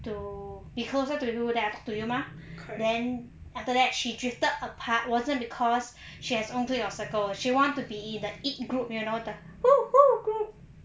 to be closer to you then I talk to you mah then after that she drifted apart wasn't because she has her own clique of circle she want to be in it group you know the hoo hoo group